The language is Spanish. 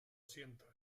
siento